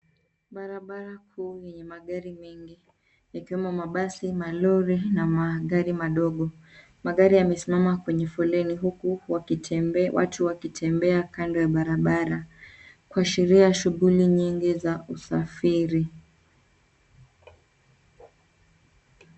Barabara kuu yenye magari mengi yakiwemo mabasi, malori na magari madogo. Magari yamesimama kwenye foleni huku watu wakitembea kando ya barabara kuashiria shughuli nyingi za usafiri.